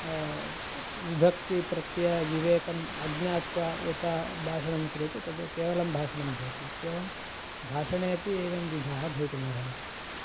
विभक्तिप्रत्ययविवेकम् अज्ञात्वा यथा भाषणं क्रियते तद् केवलं भाषणं भवति इत्येवं भाषणेपि एवं विधाः भवितुमर्हन्ति